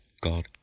God